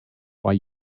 why